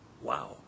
Wow